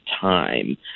time